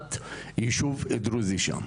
הקמת ישוב דרוזי שם.